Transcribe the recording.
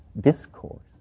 discourse